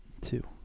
Two